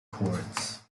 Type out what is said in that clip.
chords